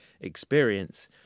experience